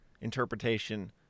interpretation